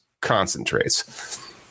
concentrates